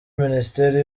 minisiteri